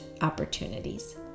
Opportunities